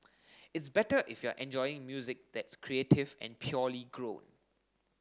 it's better if you're enjoying music that's creative and purely grown